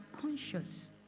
conscious